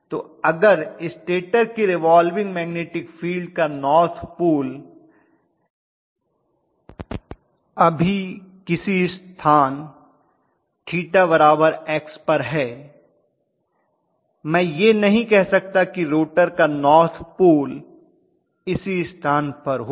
तो अगर स्टेटर के रिवाल्विंग मैग्नेटिक फील्ड का नार्थ पोल अभी किसी स्थान θX पर है मैं यह नहीं कह सकता कि रोटर का नार्थ पोल इसी स्थान पर होगा